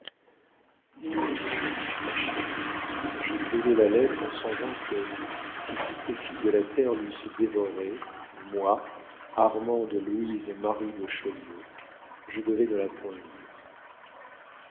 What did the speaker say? eh bien ma chère j'ai brûlé la lettre en songeant que si toutes les filles de la terre l'eussent dévorée moi armande louise marie de chaulieu je devais ne la point lire